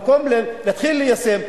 ובמקום להתחיל ליישם,